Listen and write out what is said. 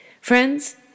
Friends